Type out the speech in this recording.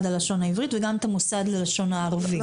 ללשון עברית וגם את המוסד ללשון ערבית.